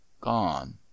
gone